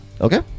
Okay